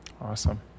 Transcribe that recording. Awesome